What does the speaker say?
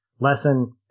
lesson